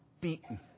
beaten